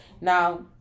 Now